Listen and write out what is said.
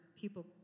people